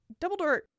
Dumbledore